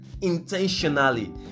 intentionally